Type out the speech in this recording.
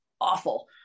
awful